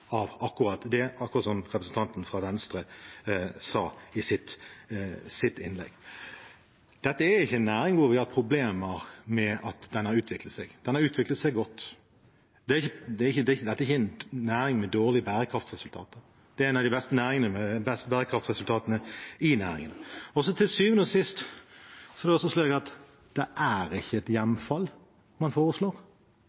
det, akkurat som representanten fra Venstre sa i sitt innlegg. Dette er ikke en næring hvor vi har hatt problemer med at den har utviklet seg. Den har utviklet seg godt. Dette er ikke en næring med dårlig bærekraftsresultater. Det er en av de beste næringene, med de beste bærekraftsresultatene. Til syvende og sist er det også slik at det er ikke et